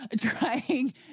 trying